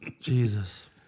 Jesus